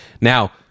now